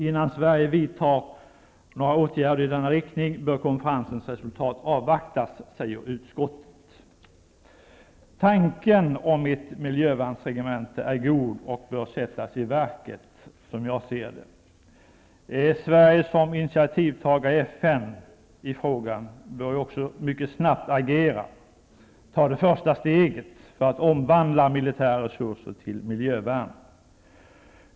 Innan Sverige vidtar några åtgärder i denna riktning bör konferensens resultat avvaktas, säger utskottet. Tanken på ett miljövärnsregemente är god och bör sättas i verket, som jag ser det. Sverige, som initiativtagare till frågan i FN, bör också mycket snabbt agera och ta det första steget för att omvandla militära resurser till miljövärn.